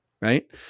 right